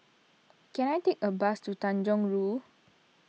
can I take a bus to Tanjong Rhu